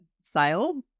sale